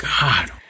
God